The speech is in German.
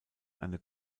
eine